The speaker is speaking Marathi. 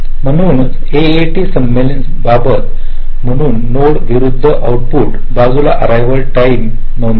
म्हणूनच एएटी संमेलनाची बाब म्हणून नोड विरुद्ध आउटपुट बाजूला अररिवाल टाईम नोंदवेल